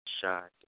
Shot